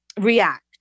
react